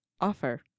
offer